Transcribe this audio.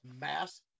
mass